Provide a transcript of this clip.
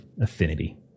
affinity